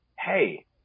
hey